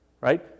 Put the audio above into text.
Right